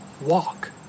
walk